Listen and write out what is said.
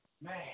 Man